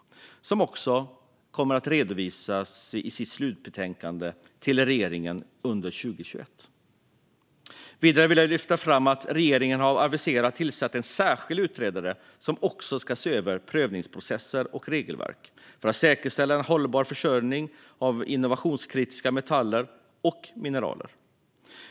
Slutbetänkandet kommer att redovisas för regeringen under 2021. Vidare vill jag lyfta fram att regeringen har aviserat att man har för avsikt att tillsätta en särskild utredare som ska se över prövningsprocesser och regelverk för att säkerställa en hållbar försörjning av innovationskritiska metaller och mineral.